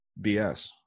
BS